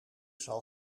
zal